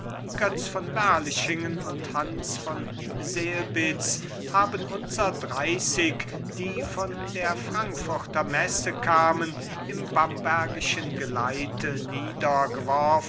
götz von berlichingen und hans von selbitz haben unser dreißig die von der frankfurter messe kamen im bambergischen geleite